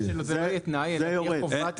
ביקש שזה לא יהיה תנאי אלא תהיה חובת יבואנים.